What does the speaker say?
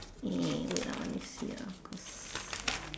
eh wait ah let me see ah cause